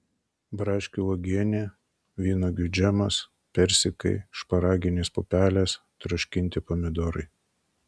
braškių uogienė vynuogių džemas persikai šparaginės pupelės troškinti pomidorai